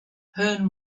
hearn